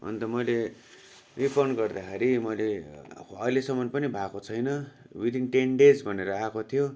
अन्त मैले रिफन्ड गर्दाखेरि मैले अब अहिलेसम्म पनि भएको छैन विदिन टेन डेज भनेर आएको थियो